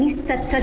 since since